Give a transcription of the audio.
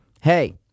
Hey